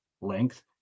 length